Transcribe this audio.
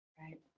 right